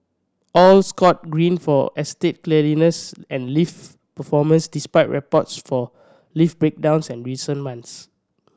all scored Green for estate cleanliness and lift performance despite reports for lift breakdowns and recent months